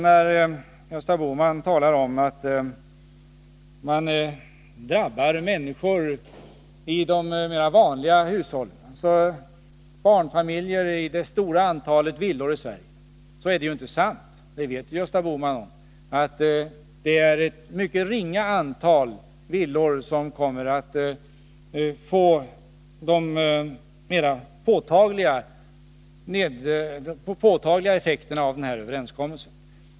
När Gösta Bohman talar om att barnfamiljer i ett stort antal villor i Sverige drabbas hårt av våra förslag är det inte sant. Gösta Bohman vet att det för ett mycket ringa antal villaägare blir någon mer påtaglig effekt av den här överenskommelsen.